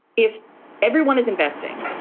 if everyone is investing,